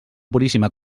puríssima